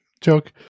joke